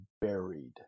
buried